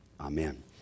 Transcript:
Amen